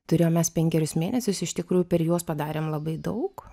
turėjom mes penkerius mėnesius iš tikrųjų per juos padarėm labai daug